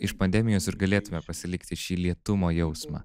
iš pandemijos ir galėtume pasilikti šį lėtumo jausmą